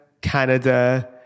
Canada